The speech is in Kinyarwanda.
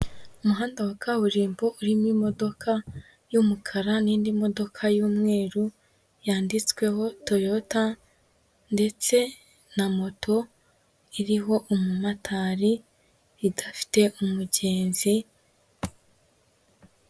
Umuhanda wa kaburimbo urimo imodoka y'umukara n'indi modoka y'umweru, yanditsweho Toyota ndetse na moto iriho umumotari idafite umugenzi.